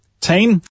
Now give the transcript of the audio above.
team